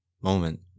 moment